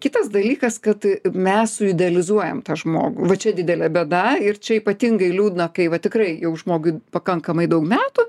kitas dalykas kad mes suidealizuojam tą žmogų va čia didelė bėda ir čia ypatingai liūdna kai va tikrai jau žmogui pakankamai daug metų